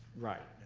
right.